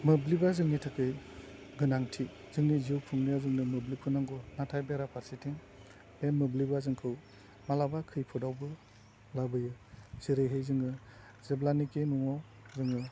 मोब्लिबा जोंनि थाखाय गोनांथि जोंनि जिउ खुंनायाव जोंनो मोब्लिबखौ नांगौ नाथाय बेरा फारसेथिं बे मोब्लिबा जोंखौ मालाबा खैफोदावबो लाबोयो जेरैहाय जोङो जेब्लानोखि न'आव जोङो